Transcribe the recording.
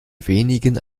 wenigen